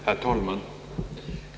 Herr talman!